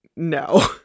No